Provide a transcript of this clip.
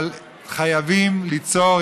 אבל חייבים ליצור,